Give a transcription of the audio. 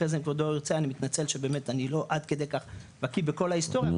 אחרי זה כבודו אני מתנצל אני עד כדי כך בקי בכל ההיסטוריה,